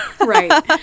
right